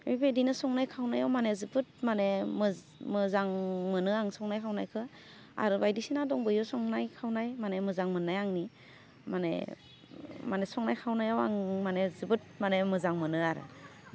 बेबायदिनो संनाय खावनायाव माने जोबोद माने मोजां मोनो आं संनाय खावनायखौ आरो बायदिसिना दंबोयो संनाय खावनाय माने मोजां मोन्नाय आंनि माने माने संनाय खावनायाव आं माने जोबोद माने मोजां मोनो आरो